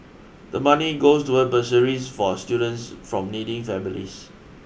the money goes toward bursaries for students from needy families